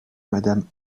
madame